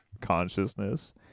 consciousness